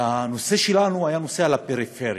הנושא שלנו היה הפריפריה,